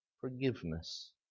forgiveness